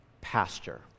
pasture